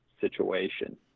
situation